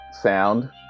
sound